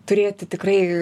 turėti tikrai